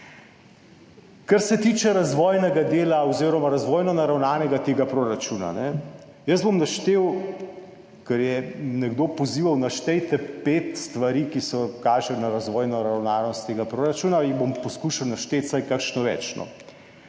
Kar se tiče razvojnega dela oziroma razvojno naravnanega tega proračuna. Jaz bom naštel, ker je nekdo pozival, naštejte pet stvari, ki kažejo na razvojno naravnanost tega proračuna, jih bom poskušal našteti vsaj kakšno več.